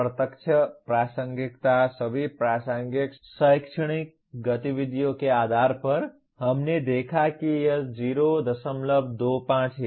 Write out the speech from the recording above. प्रत्यक्ष प्रासंगिकता सभी प्रासंगिक शैक्षणिक गतिविधियों के आधार पर हमने देखा कि यह 025 है